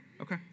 okay